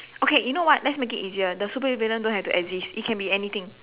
okay you know what let's make it easier the super villain don't have to exist it can be anything